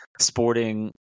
Sporting